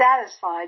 satisfied